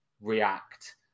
react